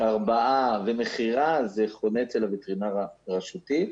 הרבעה ומכירה זה חונה אצל הווטרינר הרשותי,